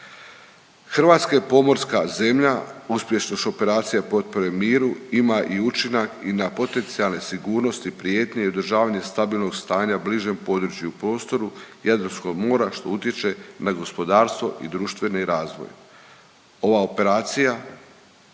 Hrvatska je pomorska zemlja, uspješnost operacija potpore miru ima i učinak i na potencijalne sigurnosti prijetnje i održavanje stabilnog stanja bližem području prostoru Jadranskog mora, što utječe na gospodarstvo i društveni razvoj. Ova operacija